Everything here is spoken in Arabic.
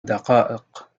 دقائق